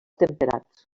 temperats